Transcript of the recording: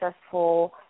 successful